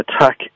attack